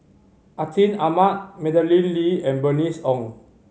Atin Amat Madeleine Lee and Bernice Ong